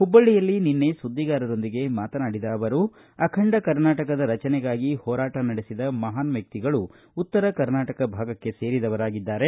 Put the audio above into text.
ಹುಬ್ಬಳ್ಳಿಯಲ್ಲಿ ನಿನ್ನೆ ಸುದ್ವಿಗಾರರೊಂದಿಗೆ ಮಾತನಾಡಿದ ಅವರು ಅಖಂಡ ಕರ್ನಾಟಕದ ರಚನೆಗಾಗಿ ಹೊರಟ ನಡೆಸಿದ ಮಹಾನ್ ವ್ಹಿಗಳು ಉತ್ತರ ಕರ್ನಾಟಕಕ್ಕೆ ಸೇರಿದವರಾಗಿದ್ದಾರೆ